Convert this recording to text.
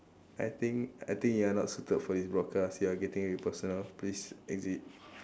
I think I think you are not suited for this broadcast you are getting really personal please exit